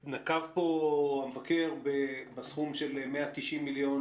הוא יודע לממש את הדירקטיבות שלנו פנימה בתוך היחידות.